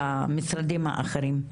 למשרדים האחרים.